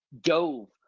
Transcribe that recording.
dove